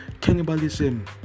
cannibalism